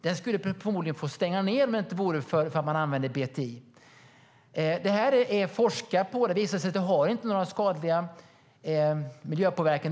Den skulle förmodligen få stänga ned om det inte vore för att man använder BTI.Det har forskats om detta, och det har visat sig att BTI inte har någon skadlig miljöpåverkan.